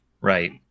Right